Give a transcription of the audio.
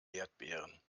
erdbeeren